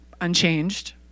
Unchanged